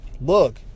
look